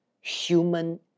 human